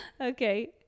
Okay